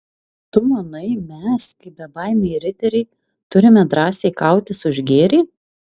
tu manai mes kaip bebaimiai riteriai turime drąsiai kautis už gėrį